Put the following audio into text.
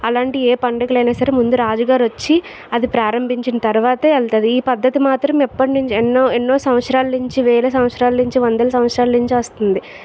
అలాంటి ఏ పండుగలైనా సరే ముందు రాజుగారు వచ్చి అది ప్రారంభించిన తర్వాతే వెళ్తాది ఈ పద్ధతి మాత్రం ఎప్పటి నుంచి ఎన్నో ఎన్నో సంవత్సరాల నుంచి వేల సంవత్సరాలు నుంచి వందల సంవత్సరాలు నుంచి వస్తుంది